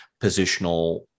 positional